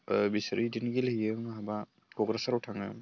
बिसोरो बिदिनो गेलेयो बहाबा क'क्राझाराव थाङो